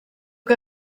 que